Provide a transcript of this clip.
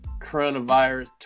coronavirus